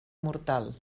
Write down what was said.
mortal